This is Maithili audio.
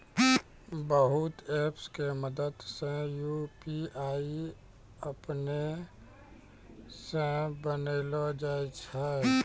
बहुते ऐप के मदद से यू.पी.आई अपनै से बनैलो जाय छै